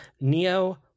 Neo